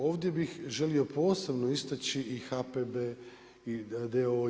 Ovdje bih želio posebno istaći i HPB i d.o.o.